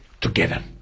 together